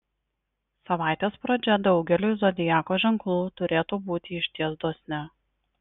savaitės pradžia daugeliui zodiako ženklų turėtų būti išties dosni